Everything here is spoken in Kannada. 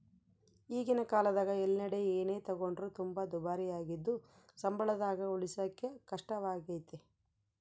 ಈಗಿನ ಕಾಲದಗ ಎಲ್ಲೆಡೆ ಏನೇ ತಗೊಂಡ್ರು ತುಂಬಾ ದುಬಾರಿಯಾಗಿದ್ದು ಸಂಬಳದಾಗ ಉಳಿಸಕೇ ಕಷ್ಟವಾಗೈತೆ